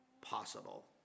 possible